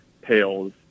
pails